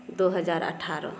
दू हजार अठारह